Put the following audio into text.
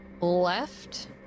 left